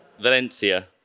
Valencia